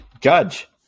Judge